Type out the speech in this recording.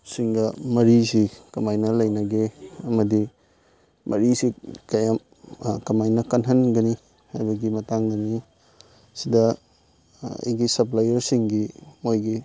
ꯁꯤꯡꯒ ꯃꯔꯤꯁꯤ ꯀꯃꯥꯏꯅ ꯂꯩꯅꯒꯦ ꯑꯃꯗꯤ ꯃꯔꯤꯁꯤ ꯀꯌꯥꯝ ꯀꯃꯥꯏꯅ ꯀꯜꯍꯟꯒꯅꯤ ꯍꯥꯏꯕꯒꯤ ꯃꯇꯥꯡꯗꯅꯤ ꯁꯤꯗ ꯑꯩꯒꯤ ꯁꯞꯄ꯭ꯂꯥꯏꯌꯔꯁꯤꯡꯒꯤ ꯃꯣꯏꯒꯤ